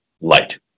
light